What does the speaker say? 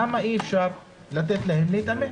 למה אי אפשר לתת להם להתאמן?